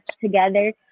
together